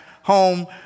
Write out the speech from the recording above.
home